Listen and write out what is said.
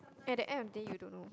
at the end of the day you don't know